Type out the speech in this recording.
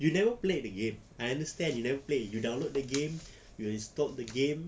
you never play the game I understand you never play you download the game you installed the game